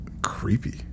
creepy